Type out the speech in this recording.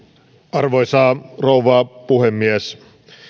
arvoisa rouva puhemies